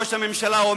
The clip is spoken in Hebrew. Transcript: ראש הממשלה,